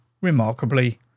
remarkably